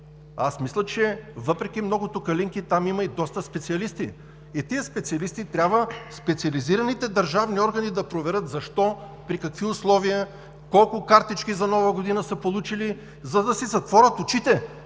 Аз мисля, че – въпреки многото „калинки“ там има и доста специалисти. И тия специалисти трябва в специализираните държавни органи да проверят защо, при какви условия, колко картички за Нова година са получили, за да си затворят очите